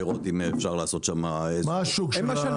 לראות אם אפשר לעשות שם -- הם השליטים.